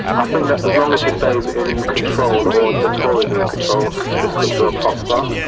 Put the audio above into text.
i think that as long as she stays in control or the tories are in control this country will prosper.